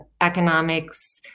economics